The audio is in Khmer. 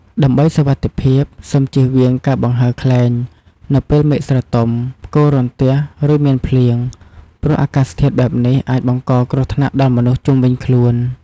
ដើម្បីសុវត្ថិភាព សូម ជៀសវាងការបង្ហើរខ្លែង នៅពេលមេឃស្រទំ ផ្គររន្ទះ ឬមានភ្លៀង ព្រោះអាកាសធាតុបែបនេះអាចបង្កគ្រោះថ្នាក់ដល់មនុស្សជុំវិញខ្លួន។